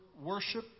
worship